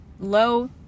low